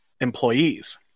employees